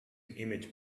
image